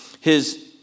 His